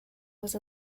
was